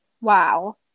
Wow